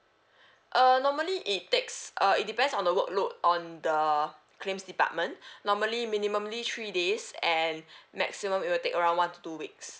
uh normally it takes uh it depends on the workload on the claims department normally minimumly three days and maximum it will take around one to two weeks